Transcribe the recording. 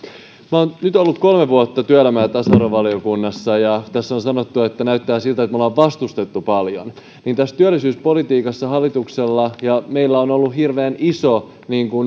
minä olen nyt ollut kolme vuotta työelämä ja ja tasa arvovaliokunnassa ja tässä on sanottu että näyttää siltä että me olemme vastustaneet paljon tässä työllisyyspolitiikassa hallituksella ja meillä on ollut hirveän iso